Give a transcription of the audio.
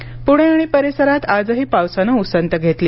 हवामान पुणे आणि परिसरात आजही पावसाने उसंत घेतली